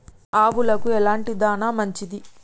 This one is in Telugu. ఆవులకు ఎలాంటి దాణా మంచిది?